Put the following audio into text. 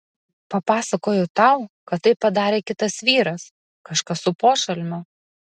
papasakojau tau kad tai padarė kitas vyras kažkas su pošalmiu